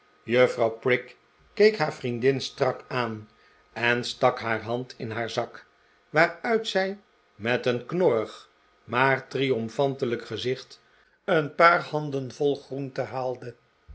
juffrouw prig keek haar vriendin strak aan en stak haar hand in haar zak waaruit zij met een knorrig maar triomfantelijk gezicht een paar handenvol groenten